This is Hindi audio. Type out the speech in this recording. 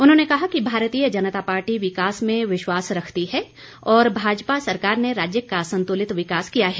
उन्होंने कहा कि भारतीय जनता पार्टी विकास में विश्वास रखती है और भाजपा सरकार ने राज्य का संतुलित विकास किया है